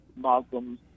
Muslims